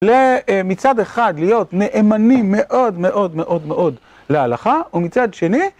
מצד אחד להיות נאמנים מאוד מאוד מאוד מאוד להלכה ומצד שני